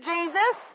Jesus